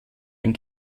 ein